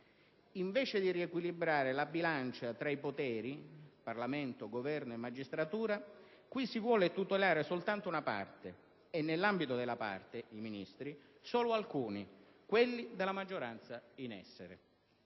Invece di riequilibrare la bilancia tra i poteri (Parlamento, Governo, magistratura), qui si vuole tutelare soltanto una parte e, nell'ambito della parte (i Ministri), solo alcuni (quelli della maggioranza in essere).